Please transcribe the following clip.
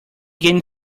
gained